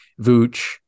Vooch